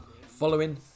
following